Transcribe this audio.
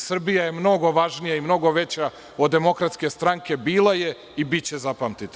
Srbija je mnogo važnija i mnogo veća od Demokratske stranke, bila je i biće zapamtite.